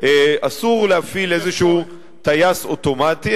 אסור להפעיל איזה טייס אוטומטי,